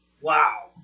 Wow